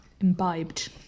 imbibed